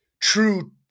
True